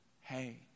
hey